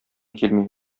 килми